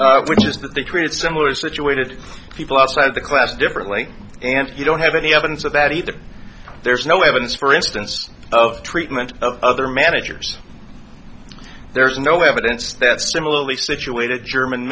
just that they create similar situated people outside of the class differently and you don't have any evidence of that either there's no evidence for instance of treatment of other managers there is no evidence that similarly situated german